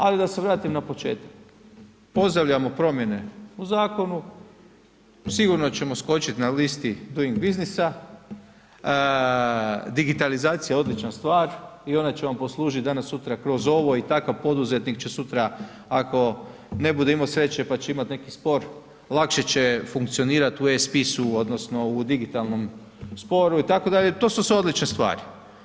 Ali da se vratim na početak, pozdravljamo promjene u zakonu, sigurno ćemo skočit na listi Doing Businessa, digitalizacija je odlična stvar i ona će vam poslužit danas sutra kroz ovo i takav poduzetnik će sutra ako ne bude imao sreće, pa će imat neki spor, lakše će funkcionirat u e-spisu odnosno u digitalnom sporu itd., to su sve odlične stvari.